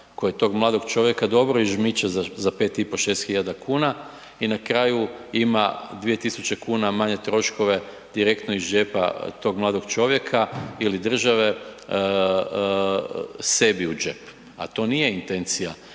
koji tog mladog čovjeka dobro ižmiče za 5 i pol, 6 hiljada kuna i na kraju ima 2 tisuće kuna manje troškove direktno iz džepa tog mladog čovjeka ili države sebi u džep, a to nije intencija